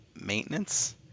maintenance